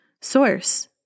source